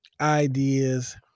ideas